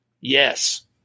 Yes